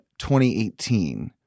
2018